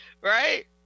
right